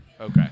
Okay